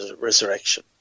resurrection